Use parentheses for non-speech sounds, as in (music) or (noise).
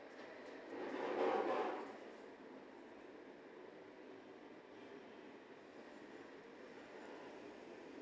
(noise)